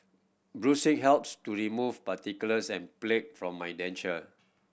brushing helps to remove particles and plaque from my denture